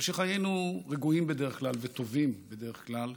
זה שחיינו בו רגועים בדרך כלל וטובים בדרך כלל,